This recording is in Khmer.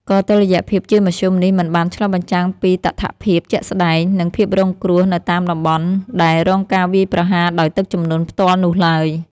ក៏តុល្យភាពជាមធ្យមនេះមិនបានឆ្លុះបញ្ចាំងពីតថភាពជាក់ស្តែង និងភាពរងគ្រោះនៅតាមតំបន់ដែលរងការវាយប្រហារដោយទឹកជំនន់ផ្ទាល់នោះឡើយ។